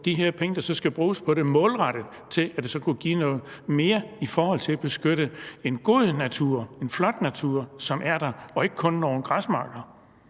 få de penge, der skal bruges på det, målrettet til, at det kunne give noget mere i forhold til at beskytte en god natur, en flot natur, som er der, og ikke kun nogle græsmarker?